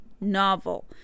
novel